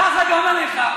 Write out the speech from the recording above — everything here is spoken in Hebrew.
ככה גם עליך,